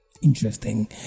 interesting